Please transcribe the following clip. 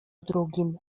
drugim